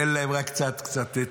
ניתן להם רק קצת טעימה,